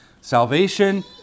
salvation